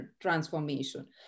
transformation